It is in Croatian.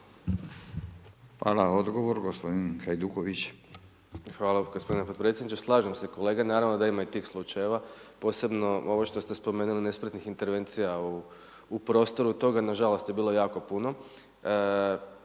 **Hajduković, Domagoj (SDP)** Hvala gospodine potpredsjedniče. Slažem se kolega, naravno da ima i tih slučajeva posebno ovo što ste spomenuli nespretnih intervencija u prostoru toga nažalost je bilo jako puno.